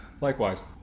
Likewise